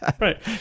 Right